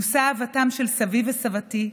מושא אהבתם של סבי וסבתי,